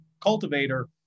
cultivator